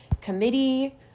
committee